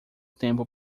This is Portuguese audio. tempo